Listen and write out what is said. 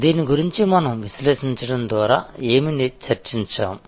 దీని గురించి మనం విశ్లేషించడం ద్వారా ఏమి చర్చించాము